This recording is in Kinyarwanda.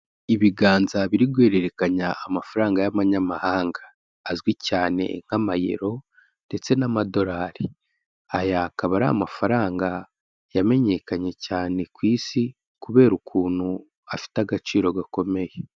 Ibiganza biri guhererekanya amafaranga y'abanyamahanga, azwi cyane nk'amayero ndetse n'amadolari, aya akaba ari amafaranga yamenyekanye cyane ku isi kubera ukuntu afite agaciro gakomeye.